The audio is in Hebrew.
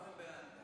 ההצעה להעביר את